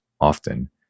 often